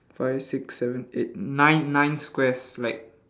five six seven eight nine nine squares like